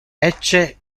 ecce